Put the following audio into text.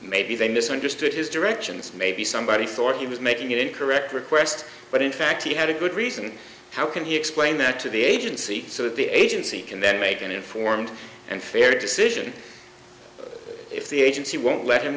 maybe they misunderstood his directions maybe somebody thought he was making an incorrect request but in fact he had a good reason how can he explain that to the agency so the agency can then make an informed and fair decision if the agency won't let